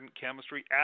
chemistry